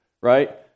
right